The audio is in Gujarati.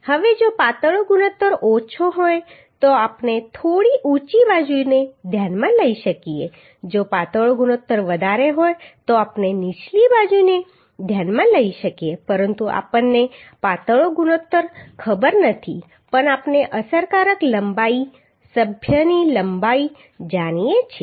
હવે જો પાતળો ગુણોત્તર ઓછો હોય તો આપણે થોડી ઊંચી બાજુને ધ્યાનમાં લઈ શકીએ જો પાતળો ગુણોત્તર વધારે હોય તો આપણે નીચલી બાજુને ધ્યાનમાં લઈ શકીએ પરંતુ આપણને પાતળો ગુણોત્તર ખબર નથી પણ આપણે અસરકારક લંબાઈ સભ્યની લંબાઈ જાણીએ છીએ